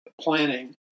planning